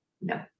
No